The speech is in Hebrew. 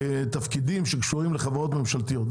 תפקידים שקשורים לחברות ממשלתיות.